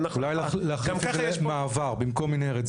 אולי להחליף את זה מעבר, במקום מנהרת.